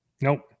Nope